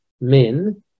men